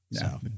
No